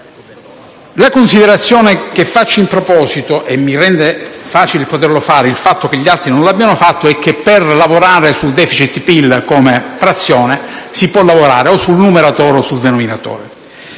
La considerazione che faccio in proposito, e mi rende facile poterla fare la circostanza che gli altri non l'abbiano fatta, è che sul rapporto *deficit*-PIL come frazione si può lavorare o sul numeratore o sul denominatore.